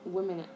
Women